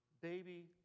Baby